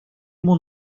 mon